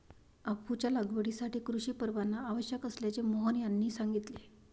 अफूच्या लागवडीसाठी कृषी परवाना आवश्यक असल्याचे मोहन यांनी सांगितले